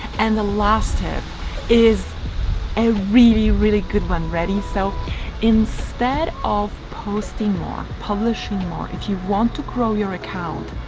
and the last tip is a really, really good one. ready? so instead of posting more, publishing more, if you want to grow your account,